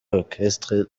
orchestre